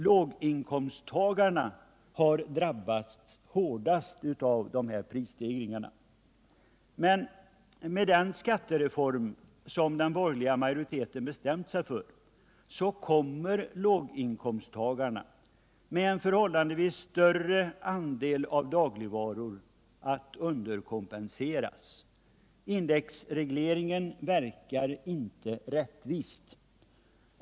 Låginkomsttagarna har drabbats hårdast av dessa prisstegringar. Men med den skattereform som den borgerliga majoriteten bestämt sig för kommer låginkomsttagarna, med en förhållandevis större andel av dagligvaror, att underkompenseras. Indexregleringen verkar inte rättvist.